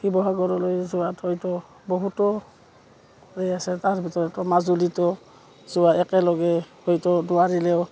শিৱসাগৰলৈ যোৱা হয়তো বহুতো হৈ আছে তাৰ ভিতৰতো মাজুলীটো যোৱা একেলগে হয়তো নোৱাৰিলেও